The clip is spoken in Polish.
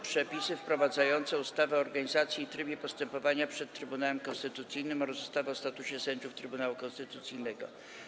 Przepisy wprowadzające ustawę o organizacji i trybie postępowania przed Trybunałem Konstytucyjnym oraz ustawę o statusie sędziów Trybunału Konstytucyjnego.